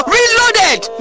Reloaded